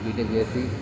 BTech చేసి